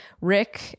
Rick